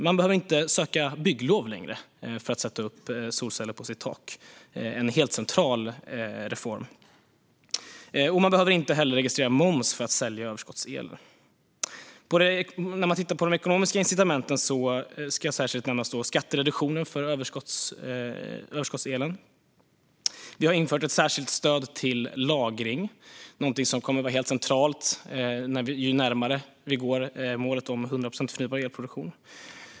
Man behöver inte längre söka bygglov för att sätta upp solceller på sitt tak. Det är en helt central reform. Men behöver inte heller registrera moms för att sälja överskottselen. Bland de ekonomiska incitamenten ska särskilt nämnas skattereduktioner för överskottselen. Vi har infört ett särskilt stöd till lagring, något som kommer att vara helt centralt ju närmare vi kommer målet om 100 procent förnybar elproduktion.